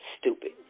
stupid